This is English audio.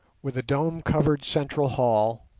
with a dome-covered central hall,